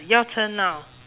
your turn now